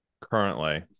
currently